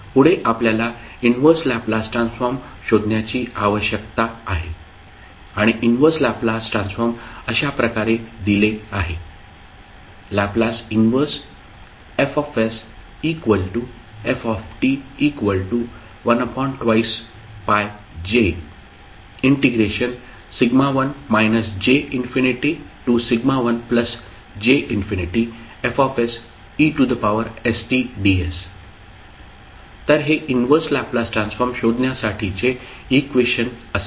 पुढे आपल्याला inverse Laplace transform शोधण्याची आवश्यकता आहे आणि इनव्हर्स लॅपलास ट्रान्सफॉर्म अशाप्रकारे दिले आहे L 1Fft12πj1 j∞1j∞Festds तर हे इनव्हर्स लॅपलास ट्रान्सफॉर्म शोधण्यासाठीचे इक्वेशन असेल